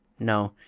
no,